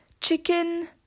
Chicken